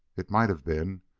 it might have been,